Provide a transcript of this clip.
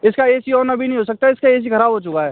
इसका A C on अभी नी हो सकता इसका एसी खराब हो चुका है